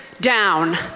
down